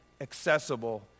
accessible